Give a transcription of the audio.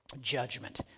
judgment